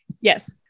yes